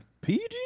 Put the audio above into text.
PG